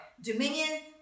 Dominion